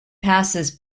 passes